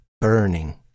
burning